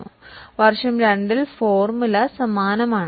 2 ാം വർഷത്തിൽ ഫോർമുല അത് തന്നെയാണ്